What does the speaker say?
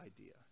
idea